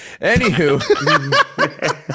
Anywho